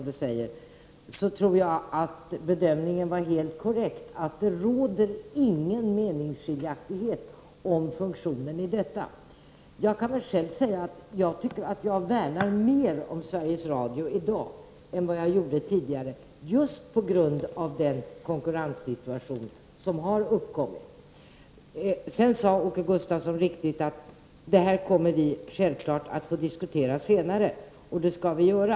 Jag tror att hans bedömning var helt korrekt, nämligen att det inte råder några meningsskiljaktigheter om funktionen i detta. Jag tycker att jag värnar mer om Sveriges Radio i dag än jag gjorde tidigare, just på grund av den konkurrenssituation som har uppkommit. Sedan sade Åke Gustavsson helt riktigt att vi kommer att få diskutera detta senare, och det skall vi göra.